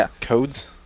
codes